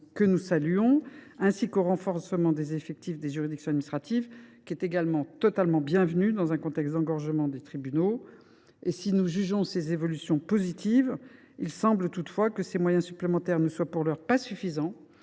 que nous saluons –, ainsi qu’au renforcement des effectifs des juridictions administratives, bienvenu dans un contexte d’engorgement des tribunaux. Si nous jugeons ces évolutions positives, il semble toutefois que ces moyens supplémentaires ne soient, pour l’heure, pas suffisants